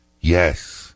Yes